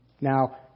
Now